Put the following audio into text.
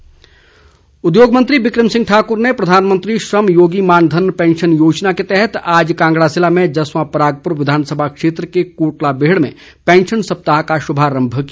बिक्रम ठाकुर उद्योग मंत्री बिक्रम ठाकुर ने प्रधानमंत्री श्रमयोगी मानधन पैंशन योजना के तहत आज कांगड़ा जिले में जस्वां परागपुर विधानसभा क्षेत्र के कोटला बेहड़ में पेँशन सप्ताह का शुभारम्भ किया